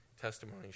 testimony